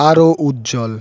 আরও উজ্জ্বল